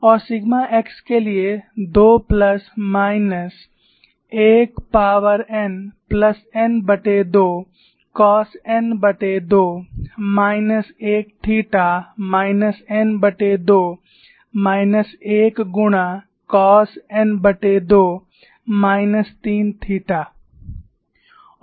और sigma x के लिए 2 plus minus 1 power n plus n2 cos n2 minus 1 theta minus n2 minus 1 गुणा cos n2 minus 3 theta